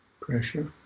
Pressure